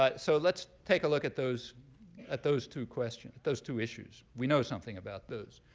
but so let's take a look at those at those two questions, those two issues. we know something about those.